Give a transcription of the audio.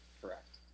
Correct